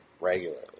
regularly